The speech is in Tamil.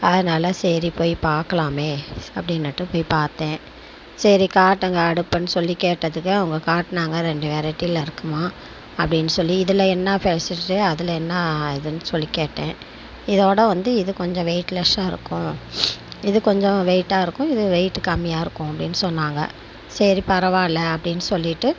அதனால் சரி போய் பார்க்கலாமே அப்படின்னுட்டு போய் பார்த்தேன் சரி காட்டுங்கள் அடுப்பனு சொல்லி கேட்டதுக்கு காட்டினாங்கள் ரெண்டு வேரட்டியில் இருக்குமா அப்படின்னு சொல்லி இதில் என்ன பெசிலிட்டி அதில் என்ன இதுன்னு சொல்லி கேட்டேன் இதோட வந்து இது கொஞ்சம் வெய்ட்லெஸ்ஸா இருக்கும் இது கொஞ்சம் வெயிட்டாக இருக்கும் இது வெயிட் கம்மியாக இருக்கும் அப்படின்னு சொன்னாங்கள் சரி பரவாயில்ல அப்படின்னு சொல்லிட்டு